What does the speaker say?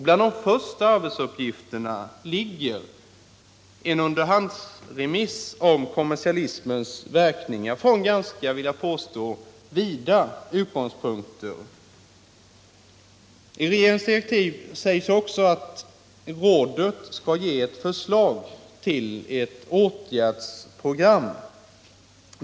Bland de första arbetsuppgifterna ligger en underhandsremiss om kommersialismens verkningar från ganska vida utgångspunkter. I regeringens direktiv till rådet sägs också att rådet skall ge ett förslag till åtgärdsprogram.